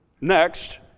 Next